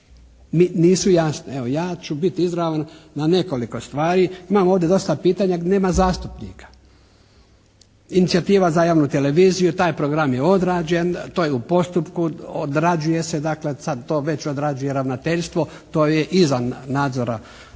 nisu jasne. Evo ja ću biti izravan na nekoliko stvari. Imam ovdje dosta pitanja, ali nema zastupnika. Inicijativa za javnu televiziju, taj program je odrađen, to je u postupku, odrađuje se, dakle sad to već odrađuje ravnateljstvo, to je izvan nadzora